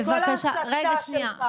-- לכל ההסתה שלך.